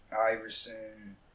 Iverson